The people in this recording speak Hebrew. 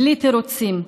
בלי תירוצים.